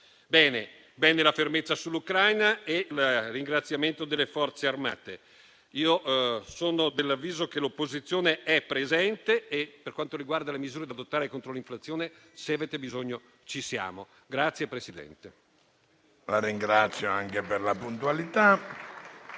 Bene la fermezza sull'Ucraina e il ringraziamento delle Forze armate. Sono dell'avviso che l'opposizione sia presente e, per quanto riguarda le misure da adottare contro l'inflazione, se avete bisogno ci siamo.